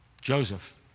Joseph